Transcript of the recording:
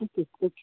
okay okay